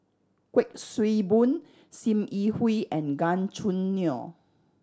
Kuik Swee Boon Sim Yi Hui and Gan Choo Neo